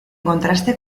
contraste